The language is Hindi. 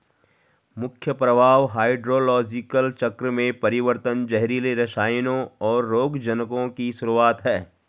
मुख्य प्रभाव हाइड्रोलॉजिकल चक्र में परिवर्तन, जहरीले रसायनों, और रोगजनकों की शुरूआत हैं